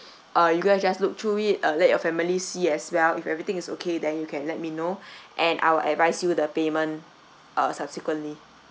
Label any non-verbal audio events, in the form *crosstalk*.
uh you guys just look through it uh let your family see as well if everything is okay then you can let me know *breath* and I will advice you the payment uh subsequently